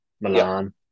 Milan